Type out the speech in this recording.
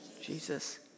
Jesus